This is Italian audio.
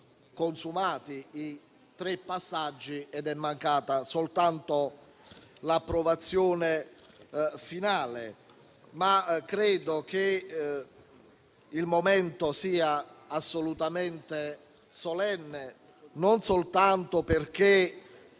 consumati i tre passaggi ed è mancata soltanto l'approvazione finale. Credo che il momento sia assolutamente solenne e non soltanto perché